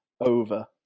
over